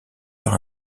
par